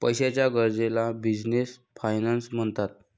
पैशाच्या गरजेला business finance म्हणतात